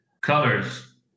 colors